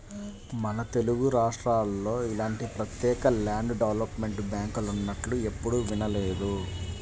మన తెలుగురాష్ట్రాల్లో ఇలాంటి ప్రత్యేక ల్యాండ్ డెవలప్మెంట్ బ్యాంకులున్నట్లు ఎప్పుడూ వినలేదు